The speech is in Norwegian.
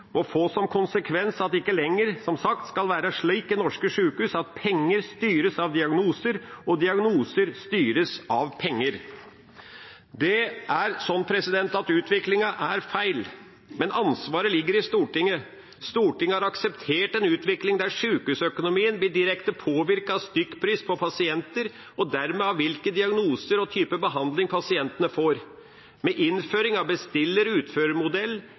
få som konsekvens at det ikke lenger, som sagt, skal være slik ved norske sjukehus at penger styres av diagnoser, og diagnoser styres av penger. Utviklingen er feil, men ansvaret ligger i Stortinget. Stortinget har akseptert en utvikling der sjukehusøkonomien blir direkte påvirket av stykkpris for pasienter og dermed av hvilke diagnoser og hvilken behandling pasientene får. Med innføring av